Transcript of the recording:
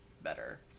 better